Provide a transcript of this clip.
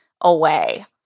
away